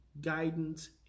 guidance